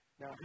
Now